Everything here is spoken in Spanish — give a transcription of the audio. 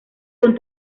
con